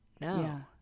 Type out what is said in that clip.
No